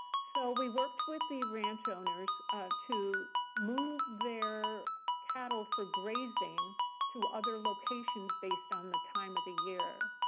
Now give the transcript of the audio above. so we worked with the ranch owners to move their cattle for grazing to other locations, based on the time of the year.